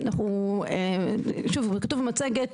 כתוב במצגת,